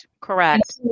Correct